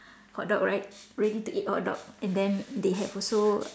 hot dog right ready to eat hot dog and then they have also